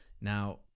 Now